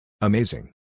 Amazing